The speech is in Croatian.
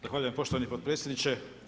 Zahvaljujem poštovani potpredsjedniče.